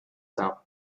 tone